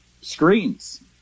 screens